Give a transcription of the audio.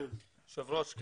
היושב ראש,